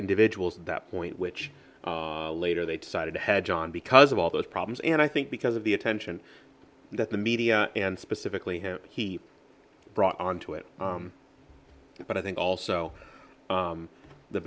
individuals at that point which later they decided to hedge on because of all those problems and i think because of the attention that the media and specifically him he brought on to it but i think also